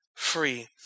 Free